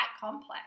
complex